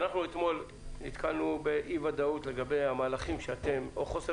אנחנו אתמול נתקלנו באי-ודאות לגבי המהלכים שאתם או חוסר